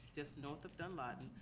just north of dunlawton.